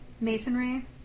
Masonry